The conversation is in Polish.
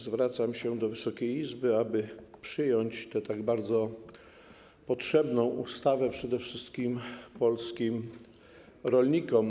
Zwracam się do Wysokiej Izby, aby przyjąć tę tak bardzo potrzebną ustawę, przede wszystkim polskim rolnikom.